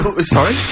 sorry